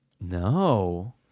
No